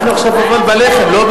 בוועדת כספים.